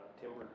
timber